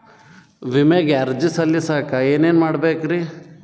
ವಿಮೆಗೆ ಅರ್ಜಿ ಸಲ್ಲಿಸಕ ಏನೇನ್ ಮಾಡ್ಬೇಕ್ರಿ?